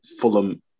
Fulham